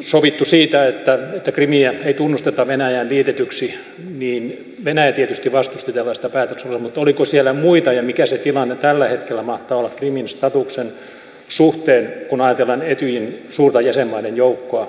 sovittu siitä että krimiä ei tunnusteta venäjään liitetyksi niin venäjä tietysti vastusti tällaista päätöslauselmaa mutta oliko siellä muita ja mikä se tilanne tällä hetkellä mahtaa olla krimin statuksen suhteen kun ajatellaan etyjin suurta jäsenmaiden joukkoa